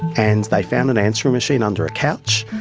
and they found an answering machine under a couch,